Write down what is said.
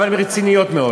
אבל הן רציניות מאוד.